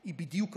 היא בדיוק הפוכה.